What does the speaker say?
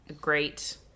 great